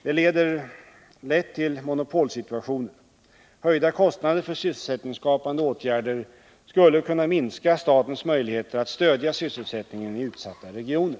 Det leder lätt till monopolsituationer. Höjda kostnader för sysselsättningsskapande åtgärder skulle kunna minska statens möjligheter att stödja sysselsättningen i utsatta regioner.